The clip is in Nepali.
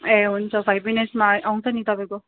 ए हुन्छ फाइभ मिनेट्समा आउँछ नि तपाईँको